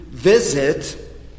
Visit